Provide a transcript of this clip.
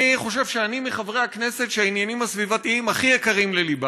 אני חושב שאני מחברי הכנסת שהעניינים הסביבתיים הכי יקרים ללבם,